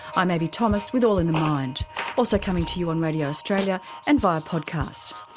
i'm abbie thomas with all in the mind also coming to you on radio australia and via podcast.